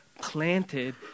planted